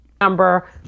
number